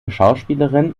schauspielerin